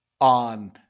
on